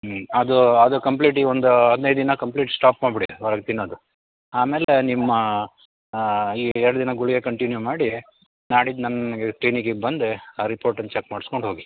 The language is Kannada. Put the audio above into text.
ಹ್ಞೂ ಅದು ಅದು ಕಂಪ್ಲೀಟ್ಲಿ ಒಂದು ಹದಿನೈದು ದಿನ ಕಂಪ್ಲೀಟ್ ಸ್ಟಾಪ್ ಮಾಡ್ಬಿಡಿ ಹೊರಗೆ ತಿನ್ನದು ಆಮೇಲೆ ನಿಮ್ಮ ಎರಡು ದಿನ ಗುಳಿಗೆ ಕಂಟಿನ್ಯೂ ಮಾಡಿ ನಾಡಿದ್ದು ನನಗೆ ಕ್ಲಿನಿಕಿಗೆ ಬಂದ ಆ ರಿಪೋರ್ಟನ್ನ ಚಕ್ ಮಾಡ್ಸ್ಕೊಂಡು ಹೋಗಿ